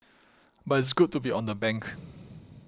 but it's good to be on the bank